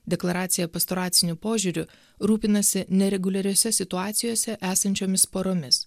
deklaracija pastoraciniu požiūriu rūpinasi nereguliariose situacijose esančiomis poromis